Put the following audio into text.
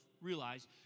realize